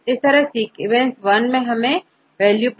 तो आप सीक्वेंस1 के लिए क्या वैल्यू होगी